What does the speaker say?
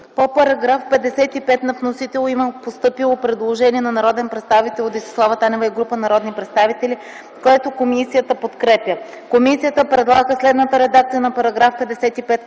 По § 10 има постъпило предложение на народния представител Десислава Танева и група народни представители, което комисията подкрепя. Комисията предлага следната редакция на § 10: „§ 10.